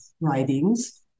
writings